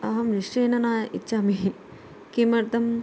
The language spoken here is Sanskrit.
अहं निश्चयेन न इच्छामि किमर्थम्